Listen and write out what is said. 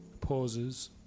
pauses